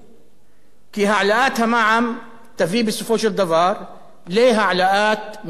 כי העלאת המע"מ תביא בסופו של דבר להעלאת מחיר התרופות.